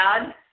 add